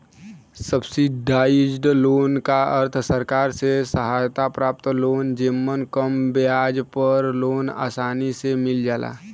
subsidised loan क अर्थ सरकार से सहायता प्राप्त लोन जेमन कम ब्याज पर लोन आसानी से मिल जाला